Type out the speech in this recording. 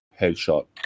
headshot